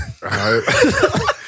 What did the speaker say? right